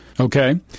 Okay